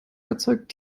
erzeugt